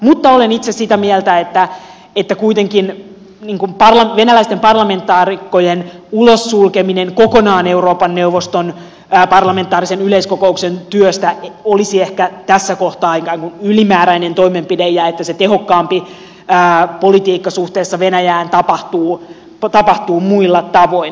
mutta olen itse sitä mieltä että kuitenkin venäläisten parlamentaarikkojen ulossulkeminen kokonaan euroopan neuvoston parlamentaarisen yleiskokouksen työstä olisi ehkä tässä kohtaa ikään kuin ylimääräinen toimenpide ja se tehokkaampi politiikka suhteessa venäjään tapahtuu muilla tavoin